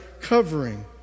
covering